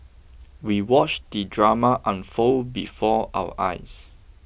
we watched the drama unfold before our eyes